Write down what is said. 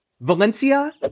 Valencia